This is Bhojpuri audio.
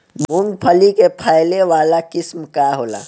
मूँगफली के फैले वाला किस्म का होला?